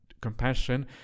compassion